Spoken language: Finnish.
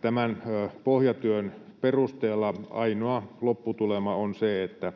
Tämän pohjatyön perusteella ainoa lopputulema on se, että